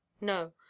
no